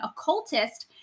occultist